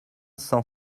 cent